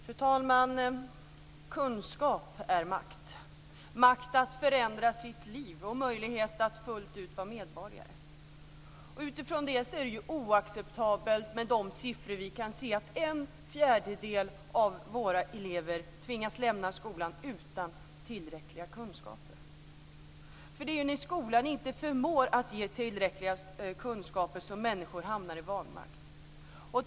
Fru talman! Kunskap är makt, makt att förändra sitt liv och möjlighet att fullt ut vara medborgare. Utifrån detta är det oacceptabelt att en fjärdedel av våra elever tvingas att lämna skolan utan tillräckliga kunskaper. Det är när skolan inte förmår att ge tillräckliga kunskaper som människor hamnar i vanmakt.